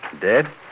Dead